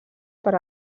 per